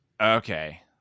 okay